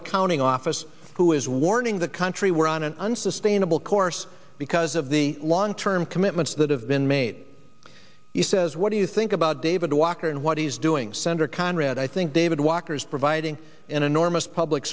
accounting office who is warning the country we're on an unsustainable course because of the long term commitments that have been made he says what do you think about david walker and what he's doing senator conrad i think david walker is providing an enormous public